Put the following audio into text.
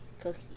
Cookie